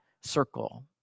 circle